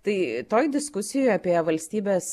tai toj diskusijoj apie valstybės